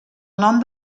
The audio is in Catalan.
nom